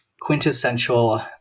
quintessential